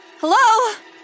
Hello